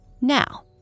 Now